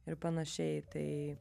ir panašiai tai